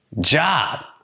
job